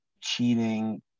cheating